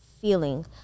feeling